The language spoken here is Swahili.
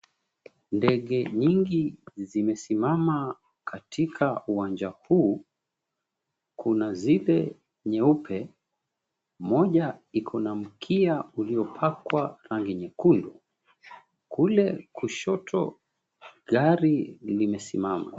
Ndege nyingi zimesimama katika uwanja huu. Kuna zile nyeupe, moja iko na mkia iliyopakwa rangi nyekundu. Kule kushoto gari limesimama.